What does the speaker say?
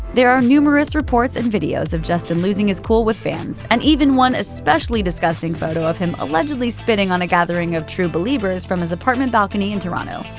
there are numerous reports and videos of justin losing his cool with fans, and even one especially disgusting photo of him allegedly spitting on a gathering of true beliebers from his apartment balcony in toronto.